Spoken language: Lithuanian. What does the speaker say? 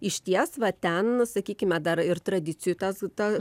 išties va ten sakykime dar ir tradicijų tas ta